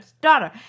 daughter